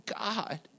God